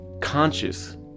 conscious